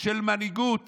של מנהיגות